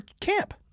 camp